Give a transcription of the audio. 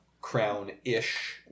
crown-ish